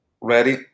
ready